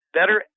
better